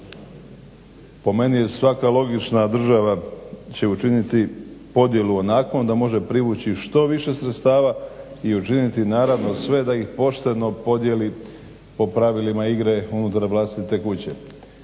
Po meni je svaka logična država će učiniti podjelu onakvom da može privući što više sredstava i učiniti naravno sve da ih pošteno podijeli po pravilima igre unutar vlastite kuće.